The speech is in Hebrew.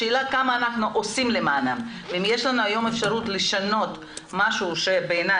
השאלה כמה אנחנו עושים למענם ואם יש לנו היום אפשרות לשנות משהו שבעיני,